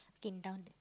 down there